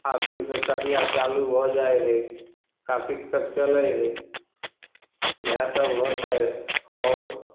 आसिनसँ कटिया चालू भऽ जाइ हइ कार्तिक तक चलय हइ इएहे सभ होतय आओर